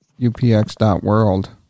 UPX.world